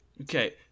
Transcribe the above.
Okay